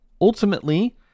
Ultimately